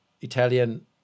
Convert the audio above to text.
Italian